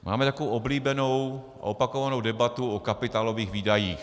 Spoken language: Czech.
Máme takovou oblíbenou opakovanou debatu o kapitálových výdajích.